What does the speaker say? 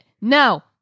No